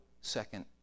second